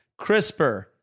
CRISPR